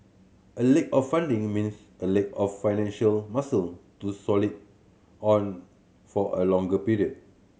a lack of funding in means a lack of financial muscle to solid on for a longer period